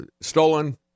stolen